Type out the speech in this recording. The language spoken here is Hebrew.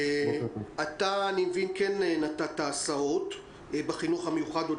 אני מבין שנתת הסעות בחינוך המיוחד עוד